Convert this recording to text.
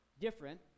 different